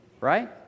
Right